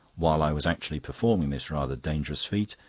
while i was actually performing this rather dangerous feat,